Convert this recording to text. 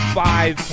five